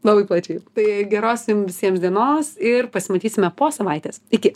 labai plačiai tai geros jum visiems dienos ir pasimatysime po savaitės iki